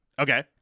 Okay